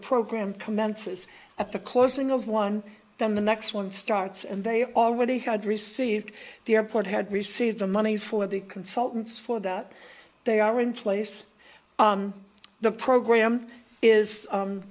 program commences at the closing of one then the next one starts and they already had received the airport had received the money for the consultants for that they are in place the program is